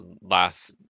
last